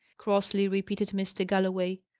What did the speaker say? crossly repeated mr. galloway.